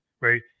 right